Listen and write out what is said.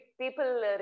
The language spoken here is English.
people